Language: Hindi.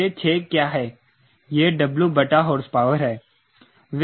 यह 6 क्या है यह W बटा हॉर्सपावर है